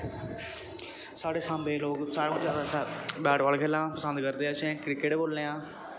साढ़े सांबे दे लोग सारें कोला ज्यादा बाल खेलना पसंद करदे ऐ असें क्रिकेट बोलने आं